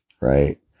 right